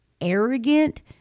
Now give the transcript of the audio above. arrogant